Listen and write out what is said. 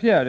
4.